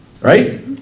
Right